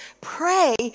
pray